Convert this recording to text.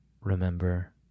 Remember